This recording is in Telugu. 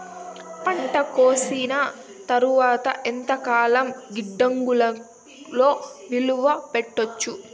పంట కోసేసిన తర్వాత ఎంతకాలం గిడ్డంగులలో నిలువ పెట్టొచ్చు?